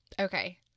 Okay